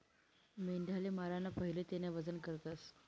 मेंढाले माराना पहिले तेनं वजन करतस